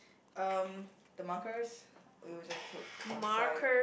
um the markers we will just put one side